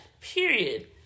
Period